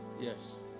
Yes